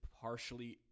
partially